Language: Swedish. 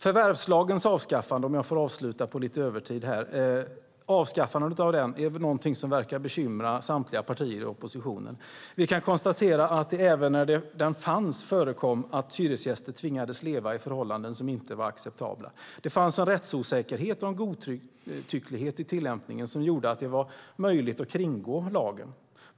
Förvärvslagens avskaffande, om jag får avsluta på lite övertid, är någonting som verkar bekymra samtliga partier i oppositionen. Vi kan konstatera att det även när den fanns förekom att hyresgäster tvingades leva i förhållanden som inte var acceptabla. Det fanns en rättsosäkerhet och en godtycklighet i tillämpningen som gjorde att det var möjligt att kringgå lagen.